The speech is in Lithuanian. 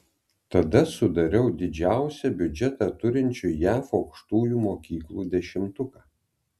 tada sudariau didžiausią biudžetą turinčių jav aukštųjų mokyklų dešimtuką